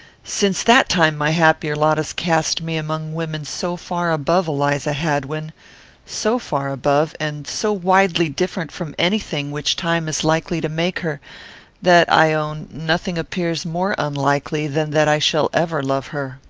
since that time my happier lot has cast me among women so far above eliza hadwin so far above, and so widely different from any thing which time is likely to make her that, i own, nothing appears more unlikely than that i shall ever love her.